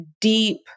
deep